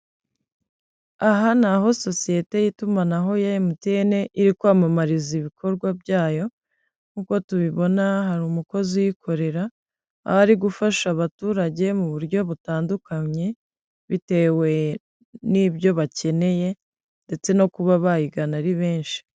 Aha ni aho sosiyete y'itumanaho ya MTN iri kwamamariza ibikorwa byayo, nk'uko tubibona hari umukozi uyikorera, aho ari gufasha abaturage mu buryo butandukanye, bitewe n'ibyo bakeneye, ndetse no kuba bayigana ari benshi.